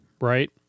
right